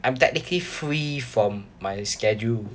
I'm technically free from my schedule